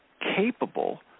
capable